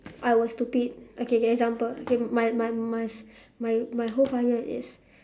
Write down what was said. I was stupid okay okay example okay my my my my my whole five years is